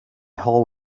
whole